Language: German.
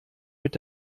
mit